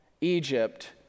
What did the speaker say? Egypt